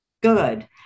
good